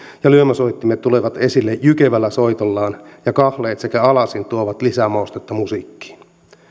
ja lyömäsoittimet tulevat esille jykevällä soitollaan ja kahleet sekä alasin tuovat lisämaustetta musiikkiin